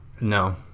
No